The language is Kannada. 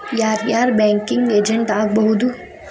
ಯಾರ್ ಯಾರ್ ಬ್ಯಾಂಕಿಂಗ್ ಏಜೆಂಟ್ ಆಗ್ಬಹುದು?